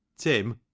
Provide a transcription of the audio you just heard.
Tim